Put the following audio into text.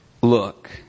Look